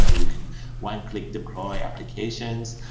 ah you can one click deploy applications,